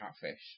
catfish